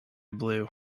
blue